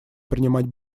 принимать